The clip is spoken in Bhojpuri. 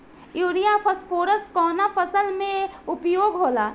युरिया फास्फोरस कवना फ़सल में उपयोग होला?